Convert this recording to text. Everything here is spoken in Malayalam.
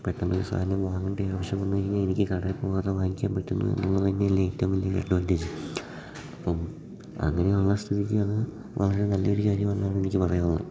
പെട്ടെന്ന് ഒരു സാധനം വാങ്ങേണ്ട ആവശ്യം വന്നു കഴിഞ്ഞാൽ എനിക്ക് കടയിൽ പോകാതെ വാങ്ങിക്കാൻ പറ്റുന്നു എന്നുള്ളത് തന്നെ അല്ലേ ഏറ്റവും വലിയ ഒരു അഡ്വാൻറ്റേജ് അപ്പം അങ്ങനെയുള്ള സ്ഥിതിക്ക് അത് വളരെ നല്ലൊരു കാര്യം എന്നാണ് എനിക്ക് പറയാനുള്ളത്